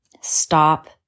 stop